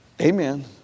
Amen